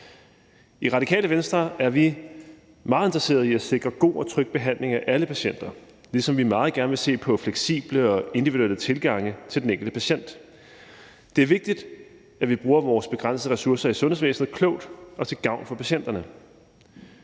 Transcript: I Radikale Venstre er vi meget interesserede i at sikre god og tryg behandling af alle patienter, ligesom vi meget gerne vil se på fleksible og individuelle tilgange til den enkelte patient. Det er vigtigt, at vi bruger vores begrænsede ressourcer i sundhedsvæsenet klogt og til gavn for patienterne.